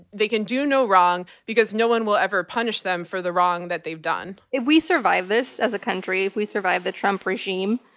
they can do no wrong, because no one will ever punish them for the wrong that they've done. if we survive this as a country, if we survive the trump regime,